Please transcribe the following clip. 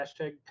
hashtag